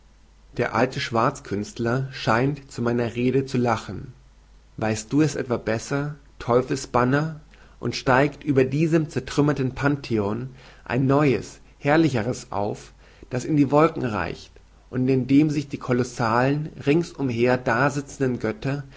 der alte schwarzkünstler scheint zu meiner rede zu lachen weißt du es etwa besser teufelsbanner und steigt über diesem zertrümmerten pantheon ein neues herrlicheres auf das in die wolken reicht und in dem sich die kolossalen ringsumher dasizenden götter